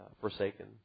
forsaken